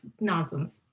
nonsense